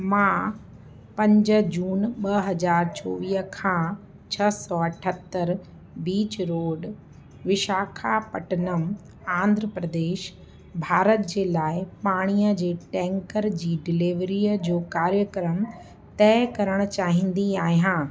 मां पंज जून ॿ हज़ार चोवीह खां छह सौ अठतरि बीच रोड विशाखापटनम आंध्रप्रदेश भारत जे लाइ पाणीअ जे टैंकर जी डिलेवरीअ जो कार्यक्रम तइ करणु चाहींदी आहियां